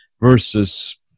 versus